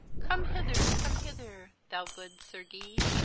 come hyther, come hyther, thou good sir guy,